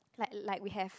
like like we have